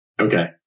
Okay